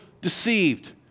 deceived